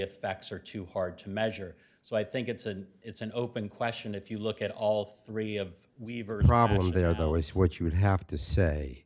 effects are too hard to measure so i think it's a it's an open question if you look at all three of weaver's problem there though is what you would have to say